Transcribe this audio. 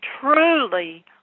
truly